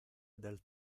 del